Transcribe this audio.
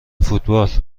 فوتبال